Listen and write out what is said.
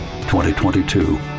2022